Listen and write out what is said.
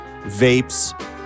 vapes